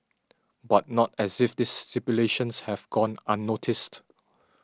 but not as if this stipulations have gone unnoticed